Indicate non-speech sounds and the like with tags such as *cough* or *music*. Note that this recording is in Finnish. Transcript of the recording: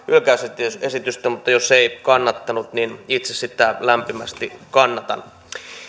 *unintelligible* hylkäysesitystä mutta jos ei kannattanut niin itse sitä lämpimästi kannatan